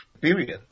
period